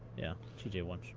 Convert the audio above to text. yeah, t j one.